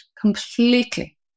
Completely